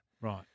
Right